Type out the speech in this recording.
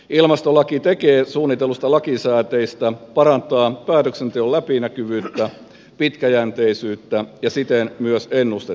ilmastolaki tekee suunnittelusta lakisääteistä ja parantaa päätöksenteon läpinäkyvyyttä pitkäjänteisyyttä ja siten myös ennustettavuutta